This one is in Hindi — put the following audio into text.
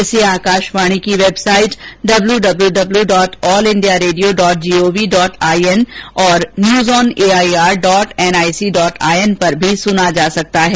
इसे आकाशवाणी की website W W dot All India Radio dot G O V dot I N तथा news on A I R dot N I C dot I N पर भी सुना जा सकता है